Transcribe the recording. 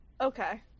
Okay